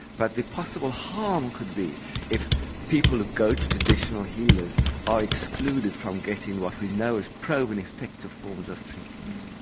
but the possible harm could be if people who go to traditional healers are excluded from getting what we know is proven effective forms of treatment.